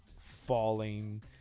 falling